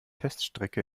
teststrecke